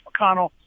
McConnell